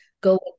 go